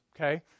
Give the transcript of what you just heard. okay